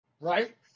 right